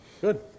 Good